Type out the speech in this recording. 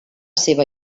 seva